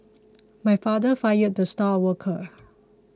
my father fired the star worker